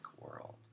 world